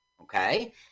Okay